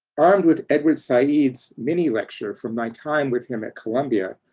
armed with edward said's mini lecture from my time with him at columbia,